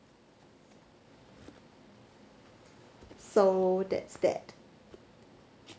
so that's that